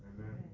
Amen